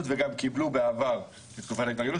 והם כבר קיבלו בעבר תקופת התארגנות,